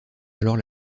alors